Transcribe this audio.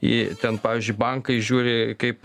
į ten pavyzdžiu bankai žiūri kaip